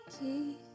key